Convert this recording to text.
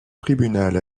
tribunal